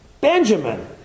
Benjamin